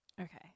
Okay